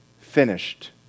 finished